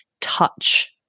touch